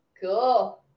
Cool